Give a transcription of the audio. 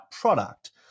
product